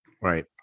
Right